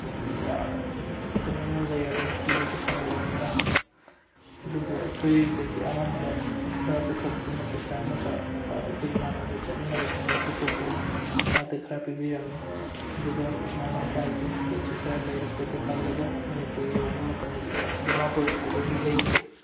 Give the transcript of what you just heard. ꯇꯨꯃꯤꯟꯅ ꯂꯩꯔꯝꯃꯤ ꯊꯤꯕꯁꯨ ꯐꯪꯗ꯭ꯔꯝꯅꯤꯅ ꯑꯗꯨꯕꯨ ꯑꯩꯈꯣꯏꯗꯒꯤ ꯑꯉꯝꯕ ꯈꯔ ꯄꯨꯊꯣꯛꯇꯨꯅ ꯄꯩꯁꯥ ꯅꯨꯡꯁꯥ ꯈꯔ ꯑꯩꯈꯣꯏ ꯏꯃꯥꯟꯅꯕ ꯆꯠꯃꯤꯟꯅꯕꯁꯤꯡꯗꯒꯤ ꯄꯨꯊꯣꯛꯇꯨꯅ ꯃꯍꯥꯛꯇ ꯈꯔ ꯄꯤꯕꯤꯔꯝꯃꯤ ꯑꯗꯨꯒ ꯃꯃꯥ ꯃꯄꯥꯒꯤ ꯄꯣꯠ ꯆꯩ ꯈꯔ ꯂꯩꯔꯛꯄꯗꯨ ꯍꯜꯂꯒ ꯃꯅꯤꯄꯨꯔ ꯌꯧꯕ ꯃꯇꯝꯗ ꯗꯤꯃꯥꯄꯨꯔꯗꯒꯤ ꯂꯩꯈꯤ